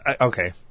Okay